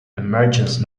emergence